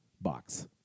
box